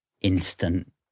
instant